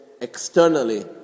externally